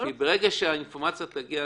ברגע שהאינפורמציה תגיע,